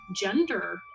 gender